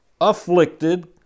afflicted